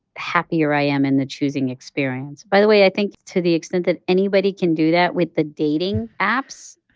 happier i am in the choosing experience. by the way, i think to the extent that anybody can do that with the dating apps.